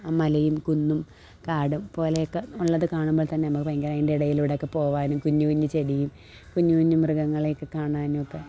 ആ മലയും കുന്നും കാടും പോലെയൊക്കെ ഉള്ളത് കാണുമ്പോൾ തന്നെ നമുക്ക് ഭയങ്കര അതിൻ്റെ ഇടയിലൂടെയൊക്കെ പോവാനും കുഞ്ഞ് കുഞ്ഞ് ചെടി കുഞ്ഞ് കുഞ്ഞ് മൃഗങ്ങളെയൊക്കെ കാണാനുമൊക്കെ